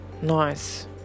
nice